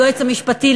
היועץ המשפטי,